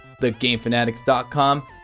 thegamefanatics.com